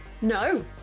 No